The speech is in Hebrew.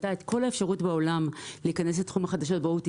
הייתה את כל האפשרות בעולם להיכנס לתחום החדשות וה-OTT